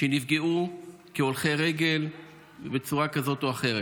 שנפגעו כהולכי רגל בצורה כזאת או אחרת,